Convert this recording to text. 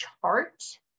chart